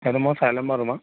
মই চাই ল'ম বাৰু তোমাৰ